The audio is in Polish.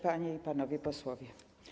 Panie i Panowie Posłowie!